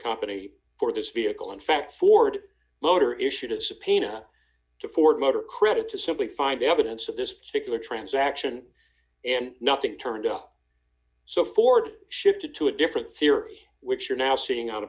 company for this vehicle in fact ford motor issued a subpoena to ford motor credit to simply find evidence of this particular transaction and nothing turned up so ford shifted to a different theory which you're now seeing o